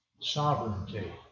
sovereignty